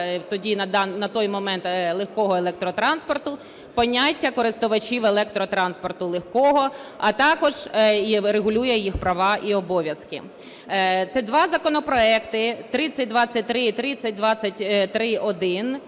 тоді на той момент легкого електротранспоту, поняття "користувачі електротранспорту легкого", а також регулює їх права і обов'язки. Це два законопроекти – 3023 і 3023-1.